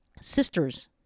Sisters